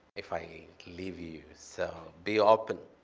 if i leave you. so be open.